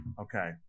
Okay